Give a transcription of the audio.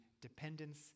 dependence